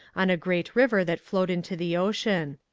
on a great river that flowed into the ocean.